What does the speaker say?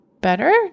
better